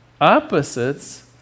Opposites